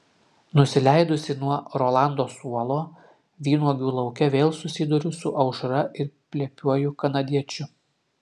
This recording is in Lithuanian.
nusileidusi nuo rolando suolo vynuogių lauke vėl susiduriu su aušra ir plepiuoju kanadiečiu